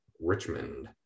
Richmond